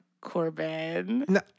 Corbin